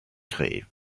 créer